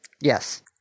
Yes